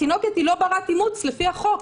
התינוקת לא ברת אימוץ לפי החוק.